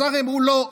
אז הר"י אמרו: לא,